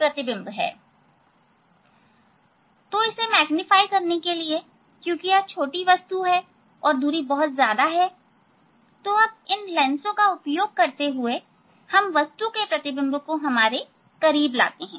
अब यह है तो इसको मैग्नीफाइ करने के लिए क्योंकि यह छोटी वस्तु हैऔर यह दूरी बहुत ज्यादा है अब इन लेंस का उपयोग करते हुए हम वस्तु के प्रतिबिंब को हमारे करीब लाते हैं